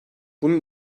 bunun